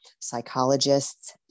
psychologists